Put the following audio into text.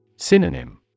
Synonym